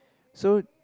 so